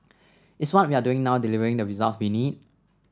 is what we are doing now delivering the results we need